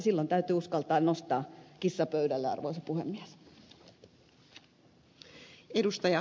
silloin täytyy uskaltaa nostaa kissa pöydälle arvoisa puhemies